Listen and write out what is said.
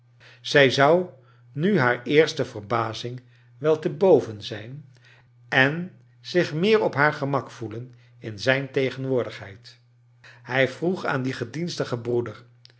zij zou nu haar eerste verbazing wel te boven zijn en zich meer op haar gemak voelen in zijn tegenwoordigheid hij vroeg aan dien gedienstigen